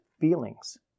feelings